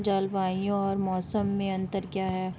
जलवायु और मौसम में अंतर क्या है?